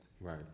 Right